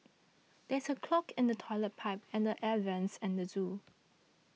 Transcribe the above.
there is a clog in the Toilet Pipe and the Air Vents at the zoo